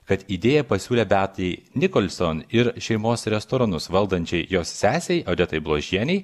kad idėją pasiūlė beatai nicholson ir šeimos restoranus valdančiai jos sesei odetai bložienei